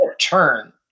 Turn